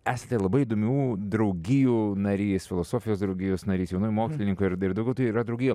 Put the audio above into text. esate labai įdomių draugijų narys filosofijos draugijos narys jaunam mokslininkui ir dar daugiau tai yra draugijų